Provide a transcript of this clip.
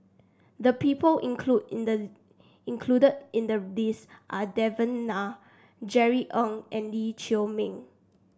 the people included in the included in the list are Devan Nair Jerry Ng and Lee Chiaw Meng